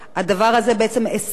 בעצם, הדבר הזה הסיר את החסמים,